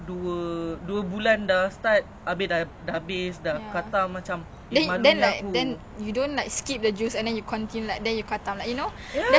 dia lari empat round you you baru lari dua round then you just say oh I finished eight rounds macam gitu you know like the competitiveness and like ya I think is like